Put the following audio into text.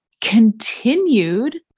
continued